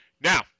Now